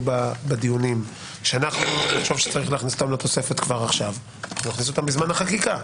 בדיונים שנחשוב שצריך להכניס לתוספת כבר עכשיו נכניס אותם בזמן החקיקה.